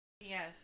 Yes